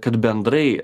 kad bendrai